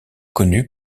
connu